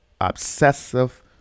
obsessive